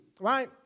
Right